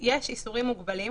יש אירועים מוגבלים,